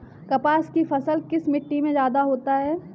कपास की फसल किस मिट्टी में ज्यादा होता है?